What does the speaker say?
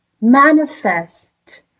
Manifest